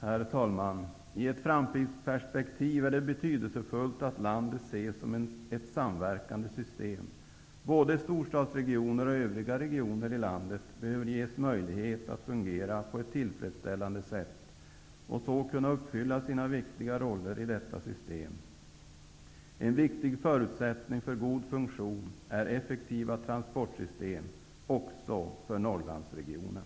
Herr talman! I ett framtidsperspektiv är det betydelsefullt att landet ses som ett samverkande system. Både storstadsregioner och övriga regioner i landet behöver ges möjlighet att fungera på ett tillfredsställande sätt och så kunna uppfylla sina viktiga roller i detta system. En viktig förutsättning för god funktion är effektiva transportsystem också för Norrlandsregionen.